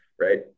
right